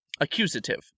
Accusative